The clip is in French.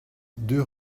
deux